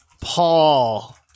paul